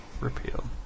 Repealed